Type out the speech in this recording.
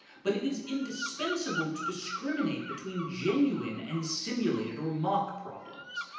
but it is indispensable to discriminate between genuine and simulated or mock problems.